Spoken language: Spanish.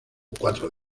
cuatro